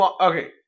Okay